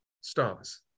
Stars